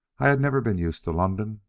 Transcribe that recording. i had never been used to london,